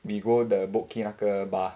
we go the boat quay 那个 bar